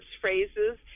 phrases